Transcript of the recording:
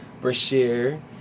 Brashear